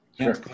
Sure